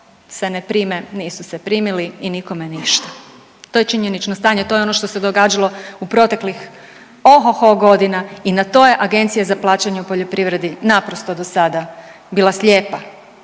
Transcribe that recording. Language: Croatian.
se ne prime nisu se primili i nikome ništa. To je činjenično stanje, to je ono što se događalo u proteklih oho ho godina i na to je Agencija za plaćanje u poljoprivredi naprosto do sada bila slijepa.